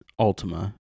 Altima